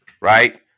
right